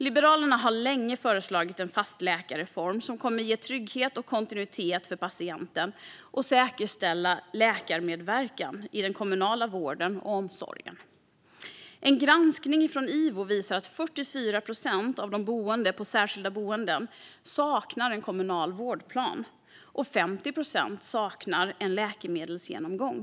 Liberalerna har länge föreslagit en fastläkarreform som kommer att ge trygghet och kontinuitet för patienten och säkerställa läkarmedverkan i den kommunala vården och omsorgen i kommunen. En granskning från Ivo visar att 44 procent av de boende på särskilda boenden saknar en kommunal vårdplan och att 50 procent saknar en läkemedelsgenomgång.